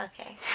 Okay